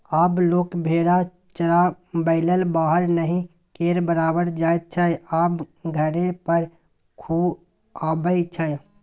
आब लोक भेरा चराबैलेल बाहर नहि केर बराबर जाइत छै आब घरे पर खुआबै छै